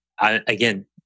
again